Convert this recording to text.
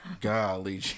Golly